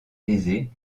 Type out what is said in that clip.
aisée